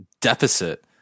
deficit